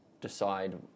decide